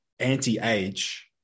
anti-age